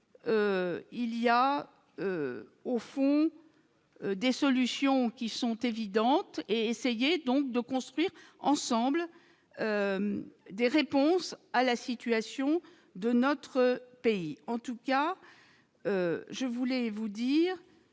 Il y a au fond. Des solutions qui sont évidentes : essayer donc de construire ensemble des réponses à la situation de notre pays en tout cas. Je voulais vous dire